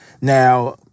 Now